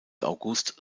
august